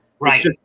Right